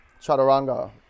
Chaturanga